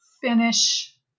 finish